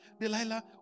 delilah